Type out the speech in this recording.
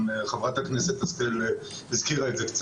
גם חברת הכנסת השכל הזכירה את זה.